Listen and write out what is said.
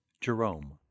Jerome